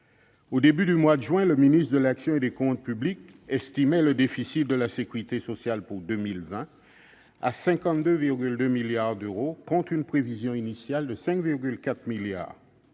Au début du mois de juin, le ministre de l'action et des comptes publics estimait que le déficit de la sécurité sociale s'établirait à 52,2 milliards d'euros en 2020, contre une prévision initiale de 5,4 milliards